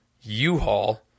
u-haul